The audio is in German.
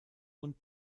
und